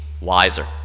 wiser